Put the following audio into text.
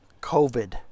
COVID